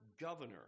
governor